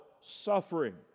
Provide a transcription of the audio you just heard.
suffering